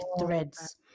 threads